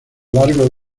largo